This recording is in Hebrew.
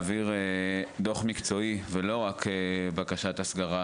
להעביר דוח מקצועי ולא רק בקשת הסגרה